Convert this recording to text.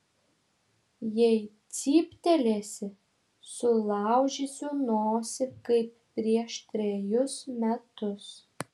jei cyptelėsi sulaužysiu nosį kaip prieš trejus metus